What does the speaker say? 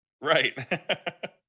Right